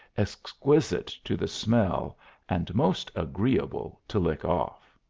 exquisite to the smell and most agreeable to lick off.